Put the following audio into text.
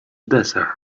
desert